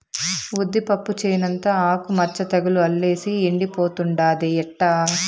ఉద్దిపప్పు చేనంతా ఆకు మచ్చ తెగులు అల్లేసి ఎండిపోతుండాదే ఎట్టా